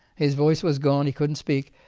his voice was gone he couldn't speak,